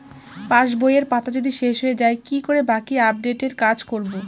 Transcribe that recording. পাসবইয়ের পাতা যদি শেষ হয়ে য়ায় কি করে বাকী আপডেটের কাজ করব?